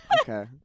okay